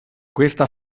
questa